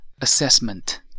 assessment